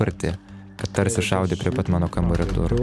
arti tarsi šaudė prie pat mano kambario durų